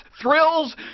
thrills